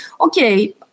Okay